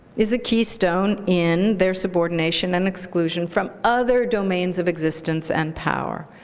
is a keystone in their subordination and exclusion from other domains of existence and power.